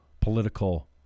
political